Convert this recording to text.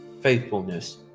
faithfulness